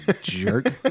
jerk